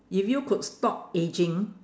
if you could stop ageing